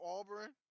Auburn